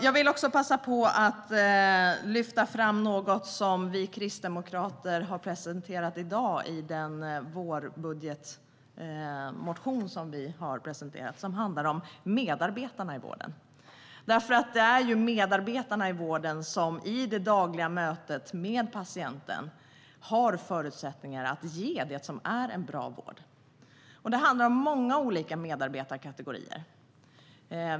Låt mig också lyfta fram något som Kristdemokraterna presenterade i dag i sin vårbudget. Det handlar om medarbetarna i vården. Det är medarbetarna i vården som i det dagliga mötet med patienten har förutsättningar att ge det som är en bra vård. Det handlar om många olika medarbetarkategorier.